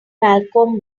malcolm